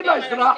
בבקשה.